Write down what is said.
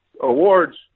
awards